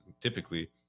typically